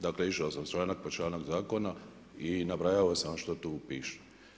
Dakle, išao sam članak po članak zakona i nabrajao sam šta tu piše.